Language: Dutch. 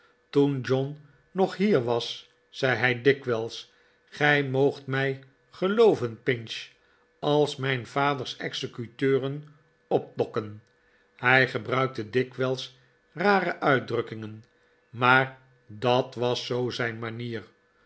toen john nog hier was zei hij dikwijls gij moogt mij gelooven pinch als mijn vaders executeuren opdokken hij gebruikte dikwijls rare uitdrukkingen maar dat was zoo zijn manier